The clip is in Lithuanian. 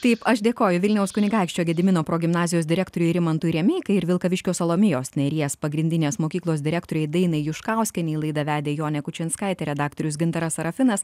taip aš dėkoju vilniaus kunigaikščio gedimino progimnazijos direktoriui rimantui remeikai ir vilkaviškio salomėjos nėries pagrindinės mokyklos direktorei dainai juškauskienei laidą vedė jonė kučinskaitė redaktorius gintaras sarafinas